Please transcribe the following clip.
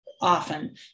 often